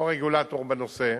הוא הרגולטור בנושא.